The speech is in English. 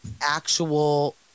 actual